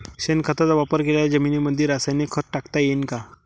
शेणखताचा वापर केलेल्या जमीनीमंदी रासायनिक खत टाकता येईन का?